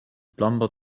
plumber